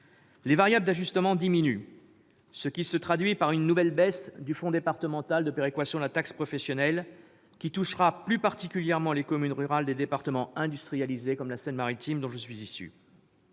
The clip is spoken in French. Les variables d'ajustement diminuent, ce qui se traduit par une nouvelle baisse du fonds départemental de péréquation de la taxe professionnelle, le FDPTP, qui touchera plus particulièrement les communes rurales des départements industrialisés comme la Seine-Maritime, dont je suis l'élu.